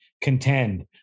contend